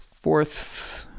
fourth